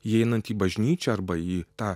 įeinant į bažnyčią arba į tą